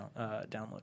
download